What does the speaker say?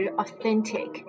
authentic